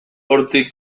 hortik